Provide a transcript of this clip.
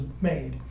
made